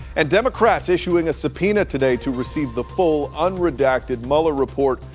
and democrats issuing a subpoena today to receive the full unredacted mueller report.